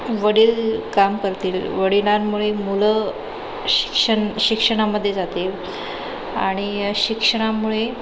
वडील काम करतील वडिलांमुळे मुलं शिक्षण शिक्षणामध्ये जातील आणि शिक्षणामुळे